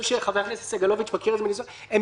חבר הכנסת סגלוביץ' מכיר את זה הם